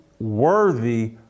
worthy